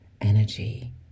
energy